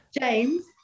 James